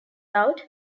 out